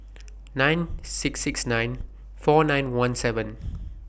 nine six six nine four nine one seven